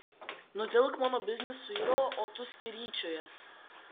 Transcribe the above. nutilk mano biznis suiro o tu skeryčiojies